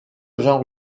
genre